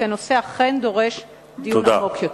כי הנושא אכן דורש דיון עמוק יותר.